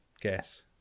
guess